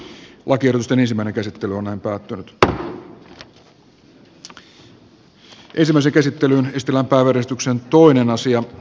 ensin äänestetään mikaela nylanderin ehdotuksesta johannes koskisen ehdotusta vastaan ja tämän jälkeen voittaneesta ehdotuksesta mietintöä vastaan